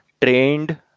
trained